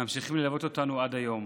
ממשיכים ללוות אותנו עד היום